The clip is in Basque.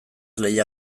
lehia